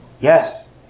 Yes